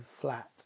flat